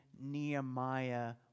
Nehemiah